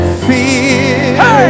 fear